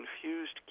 confused